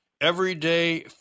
everyday